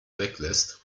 weglässt